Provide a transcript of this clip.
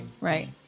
Right